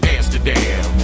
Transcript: Amsterdam